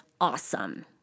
awesome